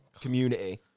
community